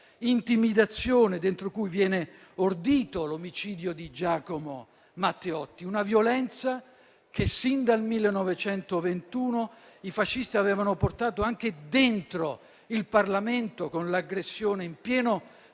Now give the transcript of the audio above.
intimidazione dentro cui viene ordito l'omicidio di Giacomo Matteotti. Una violenza che sin dal 1921 i fascisti avevano portato anche dentro il Parlamento, con l'aggressione in pieno